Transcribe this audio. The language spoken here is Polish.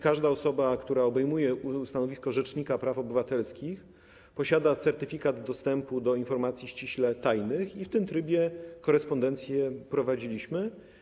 Każda osoba, która obejmuje urząd, stanowisko rzecznika praw obywatelskich, posiada certyfikat dostępu do informacji ściśle tajnych i w tym trybie korespondencję prowadziliśmy.